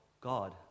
God